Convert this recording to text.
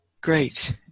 great